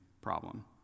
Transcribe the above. problem